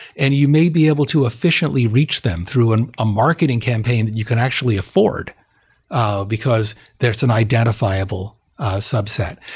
and you may be able to efficiently reach them through and a marketing campaign that you can actually afford ah because there's an identifiable subset.